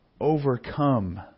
overcome